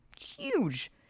huge